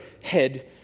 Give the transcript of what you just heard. head